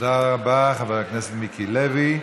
תודה רבה, חבר הכנסת מיקי לוי.